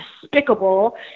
despicable